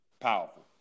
powerful